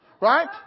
Right